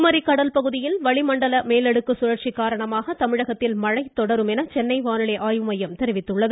மழை குமரி கடல் பகுதியில் வளிமண்டல சுழற்சி காரணமாக தமிழகத்தில் மழை தொடரும் என்று சென்னை வானிலை ஆய்வு மையம் தெரிவித்துள்ளது